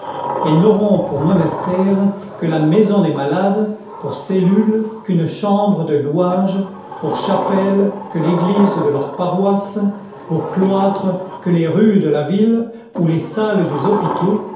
elles n'auront pour monastère que la maison des malades pour cellule qu'une chambre de louage pour chapelle que l'église de leur paroisse pour cloître que les rues de la ville ou les salles des hôpitaux